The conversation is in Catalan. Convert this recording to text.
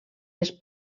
les